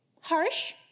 Harsh